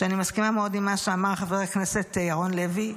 שאני מסכימה מאוד עם מה שאמר חבר הכנסת ירון לוי.